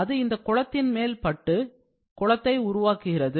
அது இந்த குளத்தின் மேல் பட்டு குளத்தை உருக்குகிறது